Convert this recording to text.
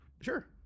Sure